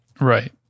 right